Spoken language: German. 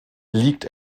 liegt